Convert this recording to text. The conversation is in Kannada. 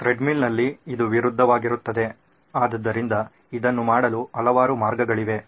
ತ್ರೆಡ್ಮಿಲ್ನಲ್ಲಿ ಇದು ವಿರುದ್ಧವಾಗಿರುತ್ತದೆ ಆದ್ದರಿಂದ ಇದನ್ನು ಮಾಡಲು ಹಲವಾರು ಮಾರ್ಗಗಳಿವೆ